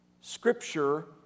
scripture